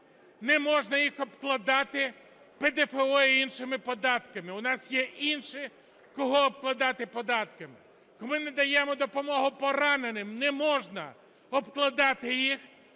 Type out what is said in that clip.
не можна їх обкладати ПДФО і іншими податками, у нас є інші, кого обкладати податками. Коли ми надаємо допомогу пораненим, не можна обкладати їх